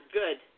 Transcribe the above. good